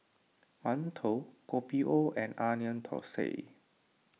Mantou Kopi O and Onion Thosai